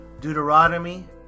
Deuteronomy